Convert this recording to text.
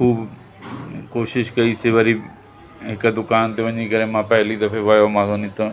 ख़ूब कोशिश कईसीं वरी हिक दुकान ते वञी करे मां पहली दफ़े वयो मां उन्हीअ तां